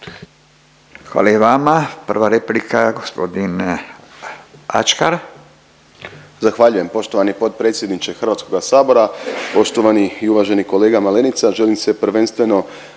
Hvala i vama. Prva replika gospodin Ačkar.